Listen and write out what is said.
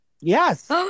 yes